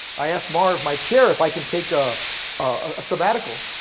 i asked marv my chair, if i can take a ah sabbatical.